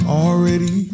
already